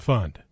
Fund